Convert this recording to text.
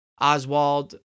Oswald